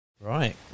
Right